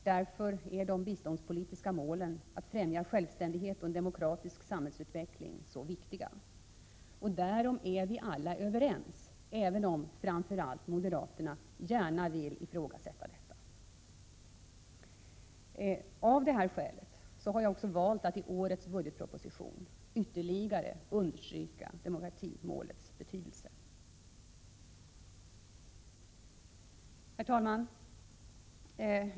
Därför är de biståndspolitiska målen att främja självständighet och en demokratisk samhällsutveckling så viktiga — och därom är vi alla överens, även om framför allt moderaterna gärna vill ifrågasätta det. Av detta skäl har vi också valt att i årets budgetproposition ytterligare understryka demokratimålets betydelse. Herr talman!